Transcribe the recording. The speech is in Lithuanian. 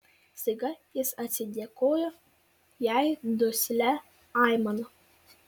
staiga jis atsidėkojo jai duslia aimana